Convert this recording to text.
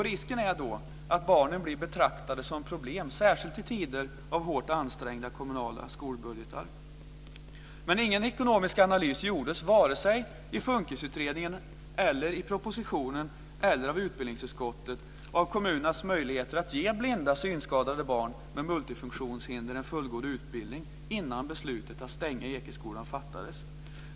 Risken är då att barnen blir betraktade som problem, särskilt i tider av hårt ansträngda kommunala skolbudgetar. Ingen ekonomisk analys gjordes vare sig i FUN KIS-utredningen, i propositionen eller av utbildningsutskottet av kommunernas möjligheter att ge blinda eller synskadade barn med multifunktionshinder en fullgod utbildning innan beslutet att stänga Ekeskolan fattades.